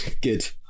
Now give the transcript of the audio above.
Good